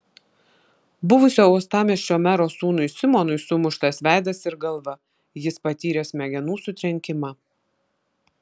buvusio uostamiesčio mero sūnui simonui sumuštas veidas ir galva jis patyrė smegenų sutrenkimą